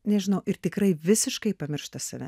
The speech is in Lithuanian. nežinau ir tikrai visiškai pamiršta save